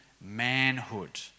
manhood